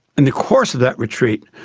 in the course of that retreat,